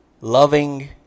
Loving